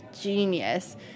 genius